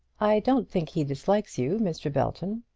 i don't think he dislikes you, mr. belton.